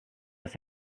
his